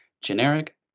generic